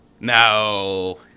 No